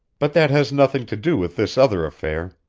but that has nothing to do with this other affair.